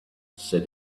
said